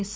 yes